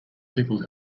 people